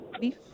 Beef